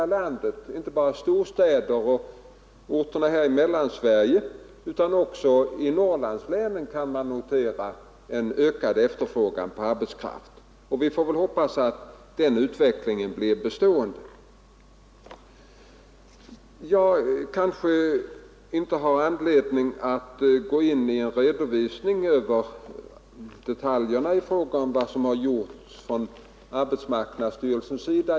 Ökningen gäller inte bara storstäder och orter här i Mellansverige, även i Norrlandslänen kan man notera en ökad efterfrågan på arbetskraft. Vi får väl hoppas att den utvecklingen blir bestående. Jag kanske inte har anledning att gå in på en redovisning för detaljerna i fråga om vad som har gjorts av arbetsmarknadsstyrelsen.